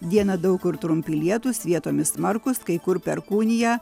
dieną daug kur trumpi lietūs vietomis smarkūs kai kur perkūnija